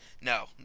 No